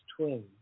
twin